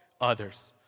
others